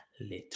little